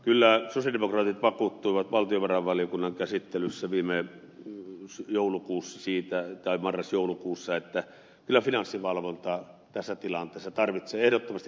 kyllä sosialidemokraatit vakuuttuivat valtiovarainvaliokunnan käsittelyssä viime marrasjoulukuussa siitä että kyllä finanssivalvonta tässä tilanteessa tarvitsee ehdottomasti lisävoimavaroja